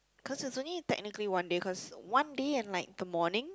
cause it's only technically one day cause one day and like the morning